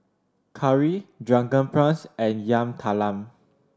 curry Drunken Prawns and Yam Talam